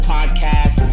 Podcast